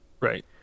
Right